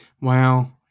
Wow